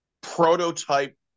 prototype